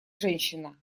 женщина